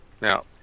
Now